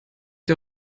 ihr